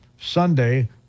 Sunday